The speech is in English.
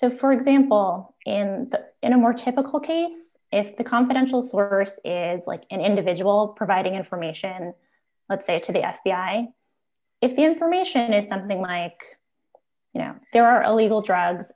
so for example in a more typical case if the confidential for earth is like an individual providing information let's say to the f b i if the information is something like you know there are illegal drugs